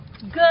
good